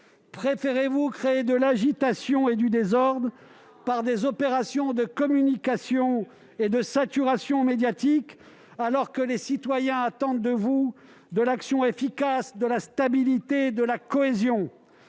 préférez-vous créer de l'agitation et du désordre, par des opérations de communication et de saturation médiatique, alors que les citoyens attendent de vous une action efficace, de la stabilité et de la cohésion ?